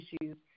issues